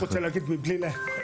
אני רק רוצה להגיד, בלי זה.